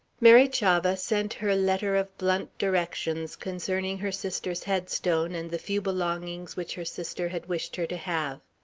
mary chavah sent her letter of blunt directions concerning her sister's headstone and the few belongings which her sister had wished her to have.